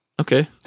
okay